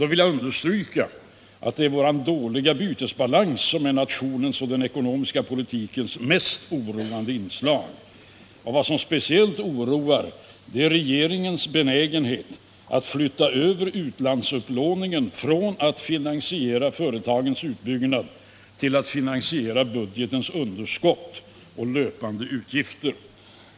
Jag vill understryka att det är vår dåliga bytesbalans som är nationens och den ekonomiska politikens mest oroande inslag. Vad som speciellt oroar är regeringens benägenhet att flytta över utlandsupplåningen från att finansiera företagens utbyggnad till att finansiera budgetens underskott och löpande utgifter.